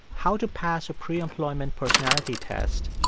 how to pass a pre-employment personality test,